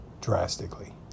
drastically